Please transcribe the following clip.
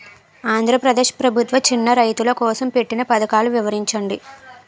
ఆంధ్రప్రదేశ్ ప్రభుత్వ చిన్నా రైతుల కోసం పెట్టిన పథకాలు వివరించండి?